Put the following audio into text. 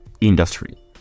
industry